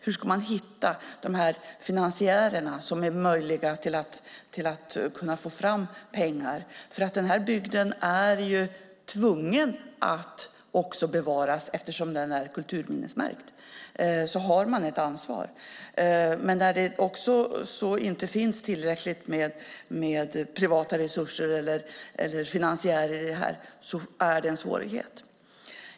Hur ska man hitta finansiärer för att kunna få fram pengar? Den här bygden måste man bevara eftersom den är kulturminnesmärkt. Därmed har man ett ansvar. Men det är en svårighet när det inte finns tillräckligt med privata resurser eller finansiärer.